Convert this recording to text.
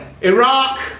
Iraq